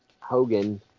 Hogan